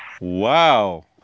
Wow